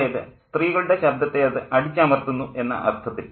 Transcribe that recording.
അതായത് സ്ത്രീകളുടെ ശബ്ദത്തെ അത് അടിച്ചമർത്തുന്നു എന്ന അർത്ഥത്തിൽ